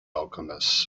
alchemist